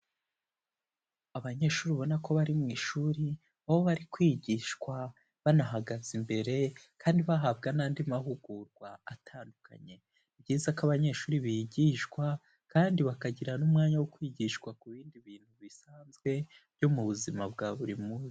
Abanyeshuri babona ko bari mu ishuri aho bari kwigishwa banahagaze imbere kandi bahabwa n'andi mahugurwa atandukanye, ni byiza ko abanyeshuri bigishwa kandi bakagira n'umwanya wo kwigishwa ku bindi bintu bisanzwe byo mu buzima bwa buri munsi.